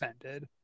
offended